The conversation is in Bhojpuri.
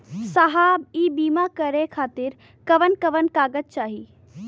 साहब इ बीमा करें खातिर कवन कवन कागज चाही?